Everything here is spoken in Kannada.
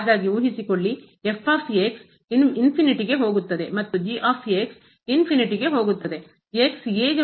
ಹಾಗಾಗಿ ಊಹಿಸಿಕೊಳ್ಳಿ infinityಅನಂತಗೆ ಹೋಗುತ್ತದೆ ಮತ್ತು nfinityಅನಂತಗೆ ಹೋಗುತ್ತದೆ aಗೆ ಹೋದಾಗ